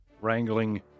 wrangling